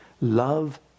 love